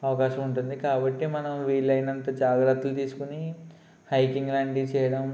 అవకాశం ఉంటుంది కాబట్టి మనం వీలైనంత జాగ్రత్తలు తీసుకొని హైకింగ్ లాంటివి చేయడం